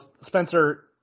Spencer